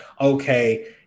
okay